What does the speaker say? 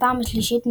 בפעם השלישית,